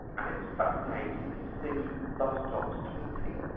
and it's fascinating to see bus-stops tweeting,